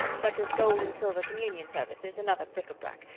such as gold and silver communion services and other bric-a-brac,